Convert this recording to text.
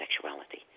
sexuality